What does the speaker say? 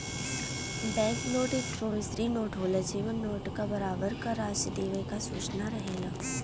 bank note एक promissory note होला जेमन नोट क बराबर क राशि देवे क सूचना रहेला